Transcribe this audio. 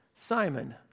Simon